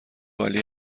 عالی